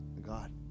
God